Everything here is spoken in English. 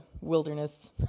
wilderness